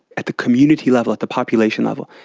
at the community level, at the population level,